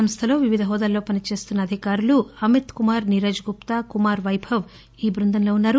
సంస్లలో వివిధ హోదాల్లో పనిచేస్తున్న అధికారులు అమిత్ కుమార్ నీరజ్ గుప్తా కుమార్ వైభవ్ ఈ బృందంలో ఉన్నారు